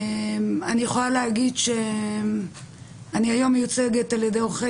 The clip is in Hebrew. אני יכולה להגיד שהיום אני מיוצגת על ידי עורכי